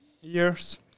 years